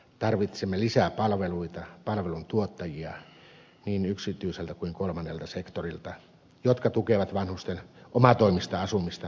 tarvitsemme niin yksityiseltä kuin kolmannelta sektorilta lisää palveluita palveluntuottajia jotka tukevat vanhusten omatoimista asumista mahdollisimman pitkään